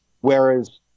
Whereas